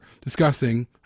discussing